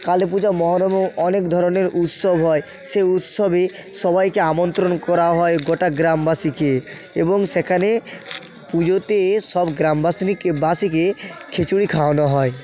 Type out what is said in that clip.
কালী পূজা মহরমে অনেক ধরনের উৎসব হয় সেই উৎসবে সবাইকে আমন্ত্রণ করা হয় গোটা গ্রামবাসীকে এবং সেখানে পুজোতে সব গ্রামবাসিনীকে বাসীকে খিচুড়ি খাওয়ানো হয়